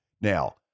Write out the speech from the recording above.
Now